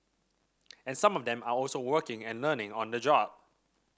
and some of them are also working and learning on the job